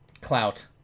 Clout